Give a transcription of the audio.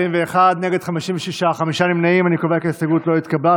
יואב קיש ודוד אמסלם לסעיף 1 לא נתקבלה.